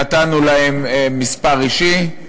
נתנו להם מספר אישי,